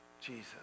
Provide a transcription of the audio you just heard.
Jesus